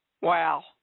Wow